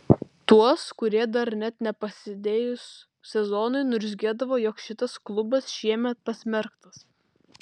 tuos kurie dar net nepasidėjus sezonui niurzgėdavo jog šitas klubas šiemet pasmerktas